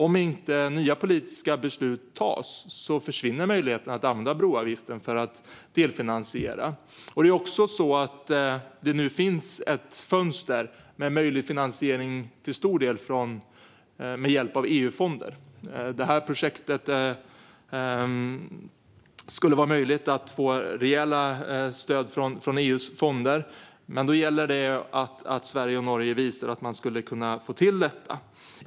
Om inte nya politiska beslut tas försvinner möjligheten att använda broavgiften för att delfinansiera. Det är också så att det nu finns ett fönster med möjlig finansiering till stor del med hjälp av EU-fonder. För det här projektet skulle det vara möjligt att få rejäla stöd från EU:s fonder, men då gäller det att Sverige och Norge visar att man skulle kunna få till detta.